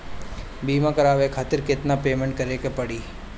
बीमा करावे खातिर केतना पेमेंट करे के पड़ी?